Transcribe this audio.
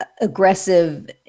aggressive